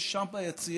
יש שם ביציע,